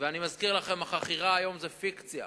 ואני מזכיר לכם שהחכירה היום היא פיקציה.